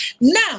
now